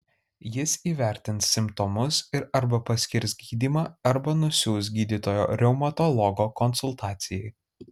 jis įvertins simptomus ir arba paskirs gydymą arba nusiųs gydytojo reumatologo konsultacijai